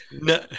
No